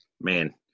man